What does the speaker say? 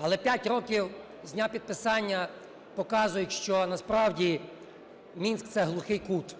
Але 5 років з дня підписання показують, що, насправді, Мінськ – це глухий кут.